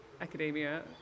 academia